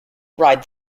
ride